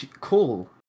Cool